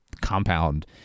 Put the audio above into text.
compound